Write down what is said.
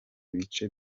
bice